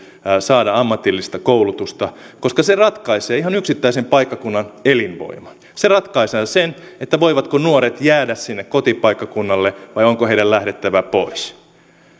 saada ammatillista koulutusta koska se ratkaisee ihan yksittäisen paikkakunnan elinvoiman se ratkaisee sen voivatko nuoret jäädä sinne kotipaikkakunnalle vai onko heidän lähdettävä pois